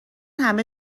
همه